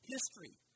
History